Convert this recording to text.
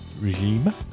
regime